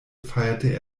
feierte